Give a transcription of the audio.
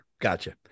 Gotcha